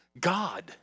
God